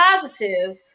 positive